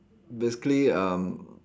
basically um